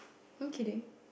I'm kidding